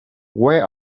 where